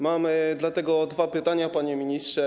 Mam dlatego dwa pytania, panie ministrze.